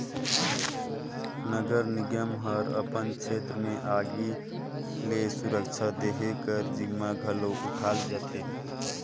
नगर निगम ह अपन छेत्र में आगी ले सुरक्छा देहे कर जिम्मा घलो उठाल जाथे